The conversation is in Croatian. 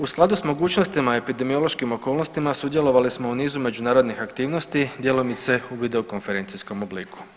U skladu s mogućnostima i epidemiološkim okolnostima sudjelovali smo u nizu međunarodnih aktivnosti, djelomice u videokonferencijskom obliku.